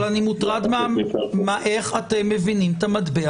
אבל אני מוטרד מאיך אתם מבינים את המטבע